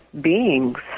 beings